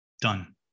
done